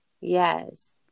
Yes